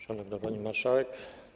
Szanowna Pani Marszałek!